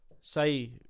say